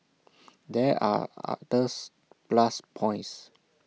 there are others plus points